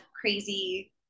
crazy